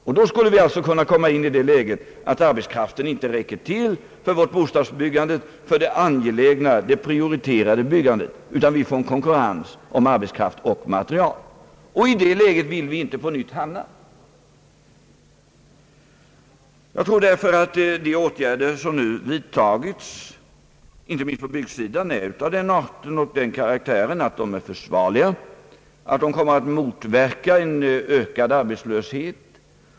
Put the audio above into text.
Om vi nu skulle sätta i gång med dessa projekt, skulle vi alltså få ett sådant läge att arbetskraften inte räcker till för bostadsbyggandet, för det angelägna, prioriterade byggandet, utan det skulle uppstå konkurrens om arbetskraft och material. I det läget vill vi inte på nytt hamna. Jag tror därför att de åtgärder som nu vidtas, inte minst på byggsidan, är av sådan karaktär att de är försvarliga och att de kommer att motverka ökad arbetslöshet.